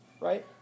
Right